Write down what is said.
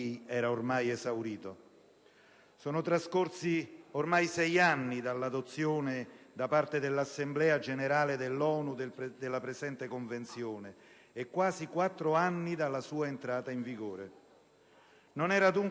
D'altro canto, però, non mi è sfuggito, avendo ascoltato gli interventi dei colleghi, come da parte di senatori dell'opposizione si chiedano